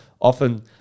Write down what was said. often